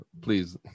please